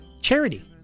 Charity